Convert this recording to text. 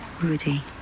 Rudy